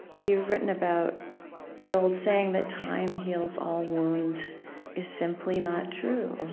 you've written about the old saying that time heals all wounds is simply not true.